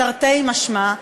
תרתי משמע,